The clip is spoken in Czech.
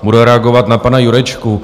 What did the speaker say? Budu reagovat na pana Jurečku.